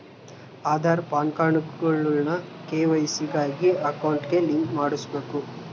ಆದಾರ್, ಪಾನ್ಕಾರ್ಡ್ಗುಳ್ನ ಕೆ.ವೈ.ಸಿ ಗಾಗಿ ಅಕೌಂಟ್ಗೆ ಲಿಂಕ್ ಮಾಡುಸ್ಬಕು